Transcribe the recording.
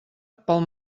pel